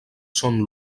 són